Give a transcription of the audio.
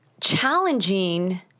challenging